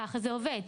ככה זה עובד.